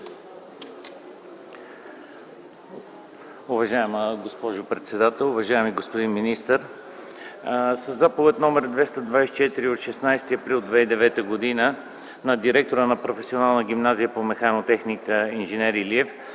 Уважаема госпожо председател! Уважаеми господин министър, със Заповед № 224 от 16 април 2009 г. на директора на Професионалната гимназия по механотехника инж. Илиев